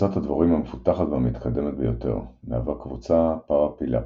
קבוצת הדבורים המפותחת והמתקדמת ביותר; מהווה קבוצה פרפילטית.